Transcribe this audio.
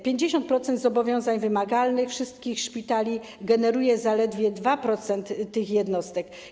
50% zobowiązań wymagalnych wszystkich szpitali generuje zaledwie 2% tych jednostek.